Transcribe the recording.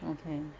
okay